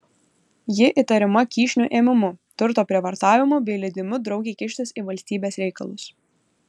ji įtariama kyšių ėmimu turto prievartavimu bei leidimu draugei kištis į valstybės reikalus